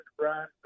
run